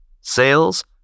sales